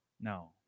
No